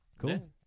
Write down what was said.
cool